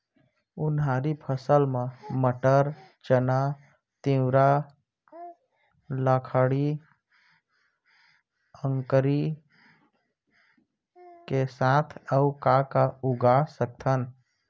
उनहारी फसल मा मटर, चना, तिंवरा, लाखड़ी, अंकरी के साथ अऊ का का उगा सकथन?